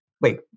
wait